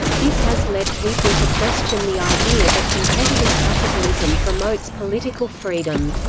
this has led people to question the idea that competitive capitalism promotes political freedom.